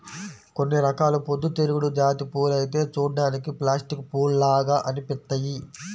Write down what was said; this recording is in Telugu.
కొన్ని రకాల పొద్దుతిరుగుడు జాతి పూలైతే చూడ్డానికి ప్లాస్టిక్ పూల్లాగా అనిపిత్తయ్యి